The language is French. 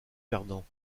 perdants